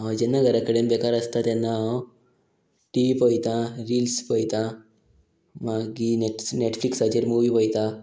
हांव जेन्ना घराकडेन बेकार आसता तेन्ना हांव टी व्ही पयता रिल्स पयता मागीर नेट नेटफ्लिक्साचेर मुवी पयतां